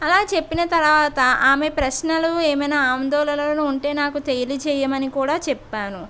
అలా చెప్పిన తర్వాత ఆమె ప్రశ్నలు వేయమని ఆందోళనలో ఉంటే నాకు తెలియజేయమని కూడా చెప్పాను